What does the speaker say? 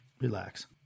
Relax